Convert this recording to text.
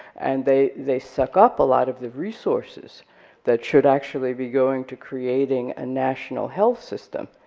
and they they suck up a lot of the resources that should actually be going to creating a national health system,